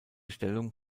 stellung